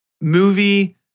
movie